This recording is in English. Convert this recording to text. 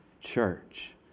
church